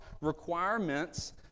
requirements